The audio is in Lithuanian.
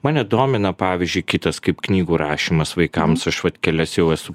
mane domina pavyzdžiui kitas kaip knygų rašymas vaikams aš vat kelias jau esu